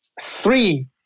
three